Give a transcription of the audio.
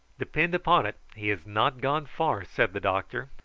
depend upon it, he has not gone far, said the doctor,